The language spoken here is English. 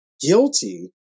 guilty